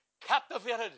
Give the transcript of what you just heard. Captivated